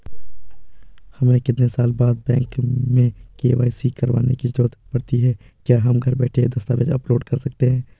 हमें कितने साल बाद बैंक में के.वाई.सी करवाने की जरूरत पड़ती है क्या हम घर बैठे दस्तावेज़ अपलोड कर सकते हैं?